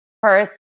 first